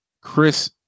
Chris